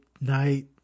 night